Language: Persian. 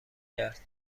کرد